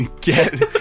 Get